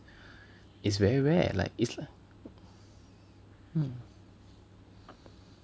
it's very rare like it's like mm